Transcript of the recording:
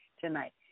tonight